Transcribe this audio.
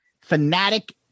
fanatic